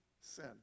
sin